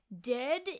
Dead